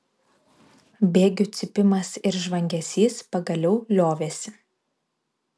bėgių cypimas ir žvangesys pagaliau liovėsi